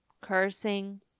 cursing